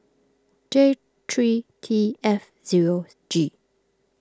J three T F zero G